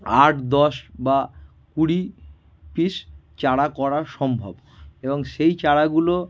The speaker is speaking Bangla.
আট দশ বা কুড়ি পিস চারা করা সম্ভব এবং সেই চারাগুলো